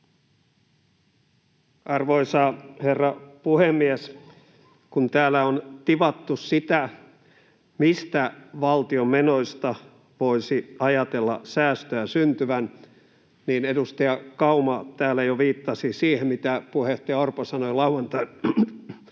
Arvoisa herra puhemies! Kun täällä on tivattu sitä, mistä valtion menoista voisi ajatella säästöä syntyvän, niin edustaja Kauma täällä jo viittasi siihen, mitä puheenjohtaja Orpo sanoi lauantain